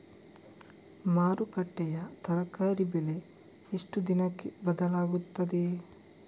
ಮಾರುಕಟ್ಟೆಯ ತರಕಾರಿ ಬೆಲೆ ಎಷ್ಟು ದಿನಕ್ಕೆ ಬದಲಾಗುತ್ತದೆ?